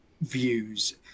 views